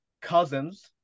cousins